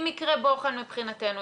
היא מקרה בוחן מבחינתנו,